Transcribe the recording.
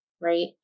right